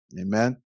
Amen